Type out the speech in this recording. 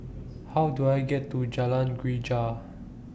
How Do I get to Jalan Greja